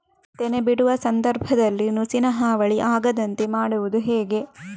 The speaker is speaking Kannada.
ತೆನೆ ಬಿಡುವ ಸಂದರ್ಭದಲ್ಲಿ ನುಸಿಯ ಹಾವಳಿ ಆಗದಂತೆ ಮಾಡುವುದು ಹೇಗೆ?